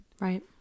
right